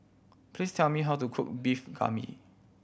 please tell me how to cook Beef Galbi